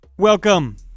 Welcome